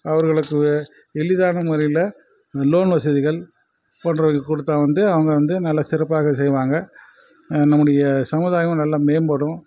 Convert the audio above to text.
அவர்களுக்கு எளிதான முறையில லோன் வசதிகள் போன்றவைகள் கொடுத்தா வந்து அவங்க வந்து நல்ல சிறப்பாக செய்வாங்க நம்முடைய சமுதாயமும் நல்ல மேம்படும்